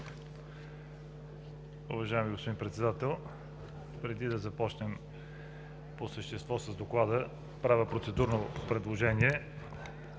Уважаеми господин Председател, преди да започнем по същество с Доклада, правя процедурно предложение